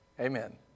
Amen